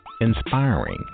inspiring